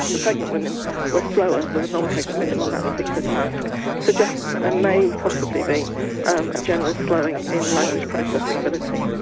the pregnant women were slower than the non-pregnant women on that particular task suggesting that there may possibly be um a general slowing in language processing ability.